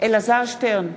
אלעזר שטרן,